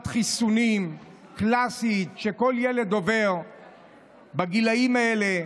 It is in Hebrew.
חיסונים קלאסית שכל ילד עובר בגילאים האלה,